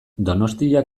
donostia